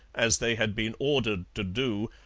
as they had been ordered to do,